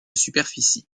superficie